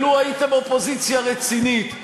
ולו הייתם אופוזיציה רצינית,